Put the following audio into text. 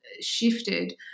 shifted